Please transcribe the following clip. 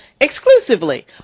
exclusively